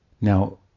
Now